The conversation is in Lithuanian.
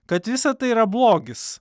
kad visa tai yra blogis